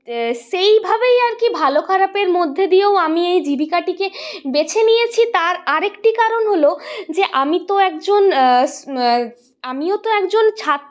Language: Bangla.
সেইভাবেই আর কি ভালো খারাপের মধ্যে দিয়েও আমি এই জীবিকাটিকে বেছে নিয়েছি তার আরেকটি কারণ হল যে আমি তো একজন আমিও তো একজন ছাত্রী